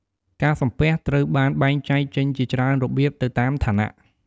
ការសំពះ ត្រូវបានបែងចែងចេញជាច្រើនរបៀបទៅតាមឋានៈ។